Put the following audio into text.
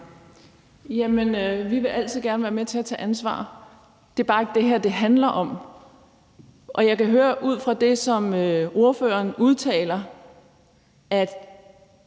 Vi vil altid gerne være med til at tage ansvar. Det er bare ikke det, det her handler om. Ud fra det, som ordføreren udtaler, kan